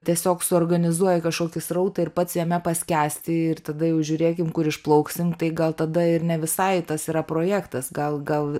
tiesiog suorganizuoji kažkokį srautą ir pats jame paskęsti ir tada jau žiūrėkim kur išplauksim tai gal tada ir ne visai tas yra projektas gal gal